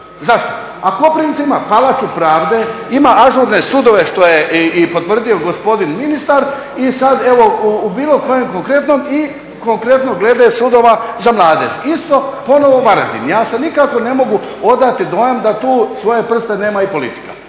Zašto? A Koprivnica ima Palaču pravde, ima ažurne sudove što je i potvrdio gospodin ministar i sad evo u bilo kojem konkretnom i konkretno glede sudova za mladež isto ponovno Varaždin. Ja se nikako ne mogu odati dojmu da tu svoje prste nema i politika.